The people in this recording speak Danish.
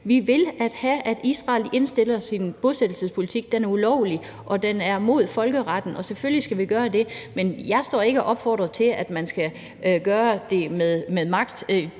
Vi vil have, at Israel indstiller sin bosættelsespolitik. Den er ulovlig, og den er mod folkeretten. Selvfølgelig skal de gøre det. Men jeg står ikke og opfordrer til, at vi skal gøre det med magt.